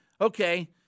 okay